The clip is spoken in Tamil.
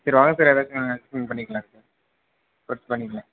சரி வாங்க சார் எதாச்சும் அட்ஜெஸ்ட்மெண்ட் பண்ணிக்கலாம் சார் பார்த்து பண்ணிக்கலாம்